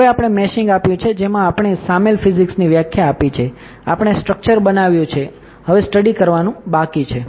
હવે આપણે મેશિંગ આપ્યું છે જેમાં આપણે શામેલ ફિઝિક્સની વ્યાખ્યા આપી છે આપણે સ્ટ્રક્ચર બનાવ્યું છે હવે સ્ટડી કરવાનું બાકી છે